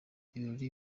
ibirori